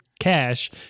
cash